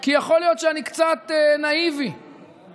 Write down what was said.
כי יכול להיות שאני קצת נאיבי שאני